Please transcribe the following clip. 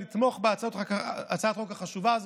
לתמוך בהצעת החוק החשובה הזאת,